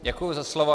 Děkuji za slovo.